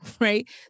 right